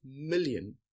million